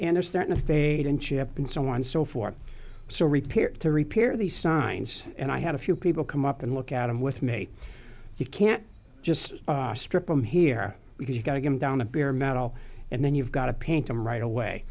are starting to fade and chip and so on so forth so repaired to repair these signs and i had a few people come up and look at them with me you can't just strip them here because you've got to get him down to bare metal and then you've got to paint them right away